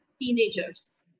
teenagers